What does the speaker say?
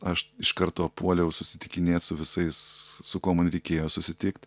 aš iš karto puoliau susitikinėt su visais su kuo man reikėjo susitikt